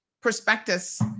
prospectus